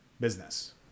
business